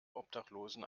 obdachlosen